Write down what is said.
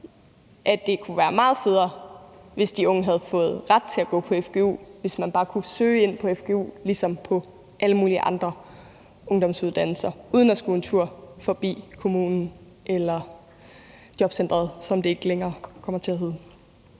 at det kunne være meget federe, hvis de unge havde fået ret til at gå på fgu, altså hvis man bare kunne søge ind på fgu ligesom på alle mulige andre ungdomsuddannelser uden at skulle en tur forbi kommunen eller jobcenteret, som det ikke længere skal hedde.